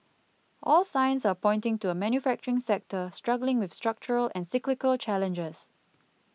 all signs are pointing to a manufacturing sector struggling with structural and cyclical challenges